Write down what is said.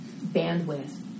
bandwidth